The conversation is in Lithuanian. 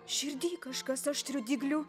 širdy kažkas aštriu dygliu